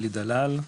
אלי דלל,